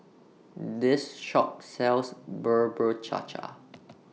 This Shop sells Bubur Cha Cha